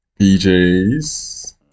BJs